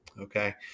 Okay